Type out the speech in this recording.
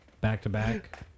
back-to-back